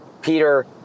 Peter